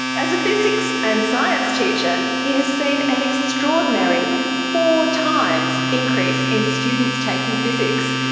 as a physics and science teacher, he has seen an extraordinary four times increase in students taking physics,